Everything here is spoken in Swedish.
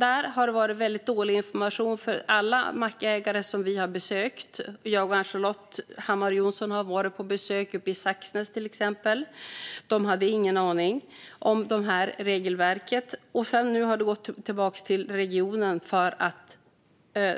Det har varit väldigt dåligt med information till alla mackägare som vi har besökt. Jag och Ann-Charlotte Hammar Johnsson har till exempel varit på besök uppe i Saxnäs. Där hade man ingen aning om regelverket. Nu har ansvaret för de här frågorna gått tillbaka till regionen. Det är